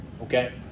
okay